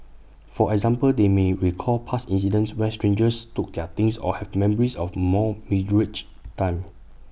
for example they may recall past incidents where strangers took their things or have memories of more meagre times